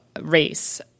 race